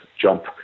jump